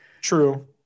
True